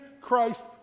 Christ